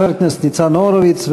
חבר הכנסת ניצן הורוביץ,